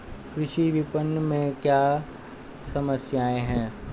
कृषि विपणन में क्या समस्याएँ हैं?